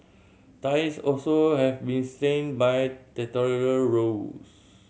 ties also have been strained by territorial rows